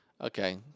Okay